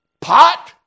pot